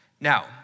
Now